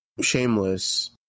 shameless